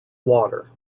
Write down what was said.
water